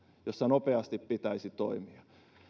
jossa nopeasti pitäisi toimia